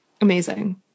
Amazing